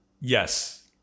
Yes